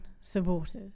supporters